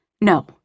No